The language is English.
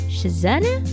Shazana